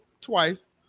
twice